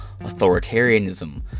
authoritarianism